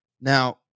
Now